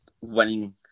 winning